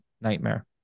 nightmare